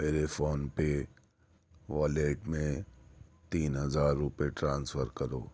میرے فون پے والیٹ میں تین ہزار روپئے ٹرانسفر کرو